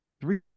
Three